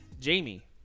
Jamie